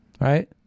right